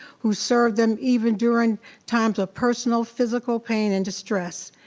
who served them even during times of personal physical pain and distress.